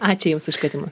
ačiū jums už kvietimą